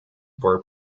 were